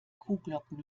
kuhglocken